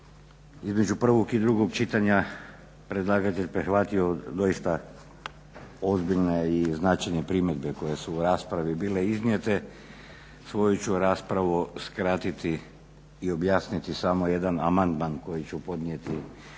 između prvog i drugog čitanja predlagatelj prihvatio doista ozbiljne i značajne primjedbe koje su u raspravi bile iznijete, svoju ću raspravu skratiti i objasniti samo jedan amandman koji ću podnijeti na